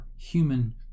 human